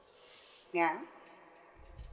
yeah